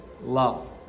love